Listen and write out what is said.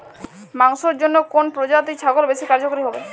মাংসের জন্য কোন প্রজাতির ছাগল বেশি কার্যকরী হবে?